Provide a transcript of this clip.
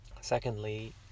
Secondly